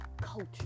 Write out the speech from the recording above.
culture